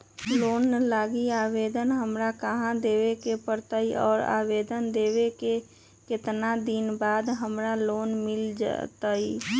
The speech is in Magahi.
लोन लागी आवेदन हमरा कहां देवे के पड़ी और आवेदन देवे के केतना दिन बाद हमरा लोन मिल जतई?